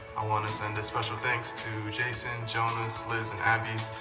i want to send a special thanks to jason, jonas, liz, and abby.